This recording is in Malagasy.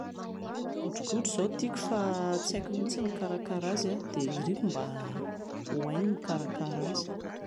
Godrogodro izao tiako fa tsy haiko mihintsy ny mikarakara azy dia iriko mba ho hay ny mikarakara azy